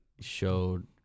showed